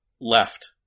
left